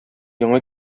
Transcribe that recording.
яңа